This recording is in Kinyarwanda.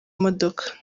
modoka